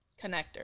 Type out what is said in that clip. Connector